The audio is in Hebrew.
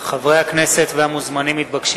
הכנסת והמוזמנים מתבקשים